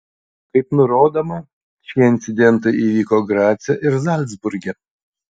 kaip nurodoma šie incidentai įvyko grace ir zalcburge